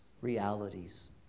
realities